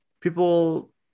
People